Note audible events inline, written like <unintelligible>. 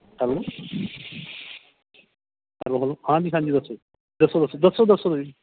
hello <unintelligible> hello hello ਹਾਂਜੀ ਹਾਂਜੀ ਦੱਸੋ ਦੱਸੋ ਦੱਸੋ ਦੱਸੋ ਦੱਸੋ ਤੁਸੀਂ